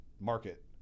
market